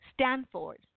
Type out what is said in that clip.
Stanford